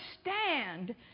stand